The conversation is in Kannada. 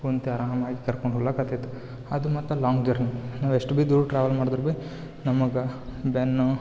ಒಂಥರಾ ಮಾಯ್ ಕರ್ಕೊಂಡು ಹೊಗ್ಲಾಕೆ ಹತ್ತಿದ್ದು ಅದು ಮತ್ತು ಲಾಂಗ್ ಜರ್ನಿ ಎಷ್ಟು ಬಿ ದೂರ ಟ್ರಾವೆಲ್ ಮಾಡಿದ್ರು ಬೀ ನಮಗೆ ಬೆನ್ನು